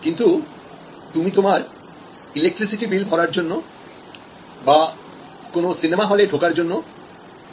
কিন্তু তুমি তোমার ইলেকট্রিসিটি বিল ভরার জন্য বা কোন সিনেমা হলে ঢোকার জন্য অপেক্ষা করতে চাইবে না